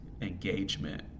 engagement